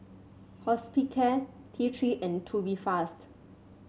Hospicare T Three and Tubifast